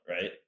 right